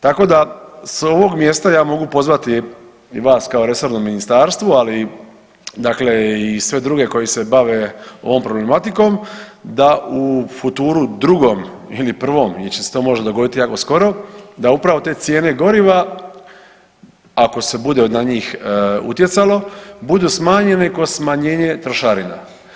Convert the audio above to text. Tako da sa ovog mjesta ja mogu pozvati i vas kao resorno ministarstvo, ali i sve druge koji se bave ovom problematikom da u futuru drugom ili prvom ili će se to možda dogoditi jako skoro, da upravo te cijene goriva ako se bude na njih utjecalo budu smanjene kroz smanjenje trošarina.